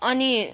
अनि